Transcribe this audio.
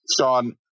Sean